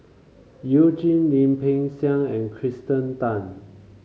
You Jin Lim Peng Siang and Kirsten Tan